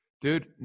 dude